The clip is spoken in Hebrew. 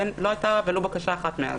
ולא הייתה ולו בקשה אחת מאז.